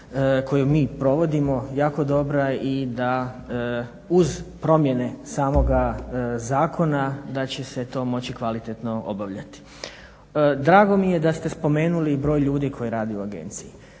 koju mi provodimo jako dobra i da uz promjene samoga zakona da će se to moći kvalitetno obavljati. Drago mi je da ste spomenuli i broj ljudi koji radi u agenciji.